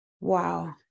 wow